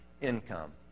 income